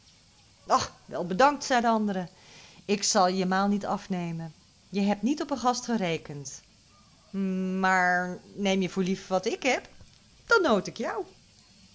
wel bedankt zei de andere ik zal je je maal niet afnemen je hebt niet op een gast gerekend maar neem je voor lief wat ik heb dan nood ik jou